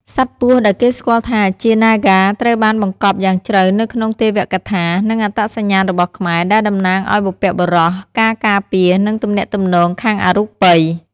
សត្វពស់ដែលគេស្គាល់ថាជា ណាហ្គា ត្រូវបានបង្កប់យ៉ាងជ្រៅនៅក្នុងទេវកថា និងអត្តសញ្ញាណរបស់ខ្មែរ ដែលតំណាងឱ្យបុព្វបុរស ការការពារ និងទំនាក់ទំនងខាងអរូបិយ។